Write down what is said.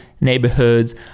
neighborhoods